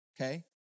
okay